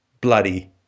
bloody